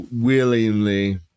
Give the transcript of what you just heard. willingly